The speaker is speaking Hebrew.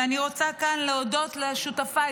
ואני רוצה כאן להודות לשותפיי,